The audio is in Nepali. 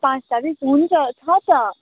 पाँच तारिक हुन्छ छ त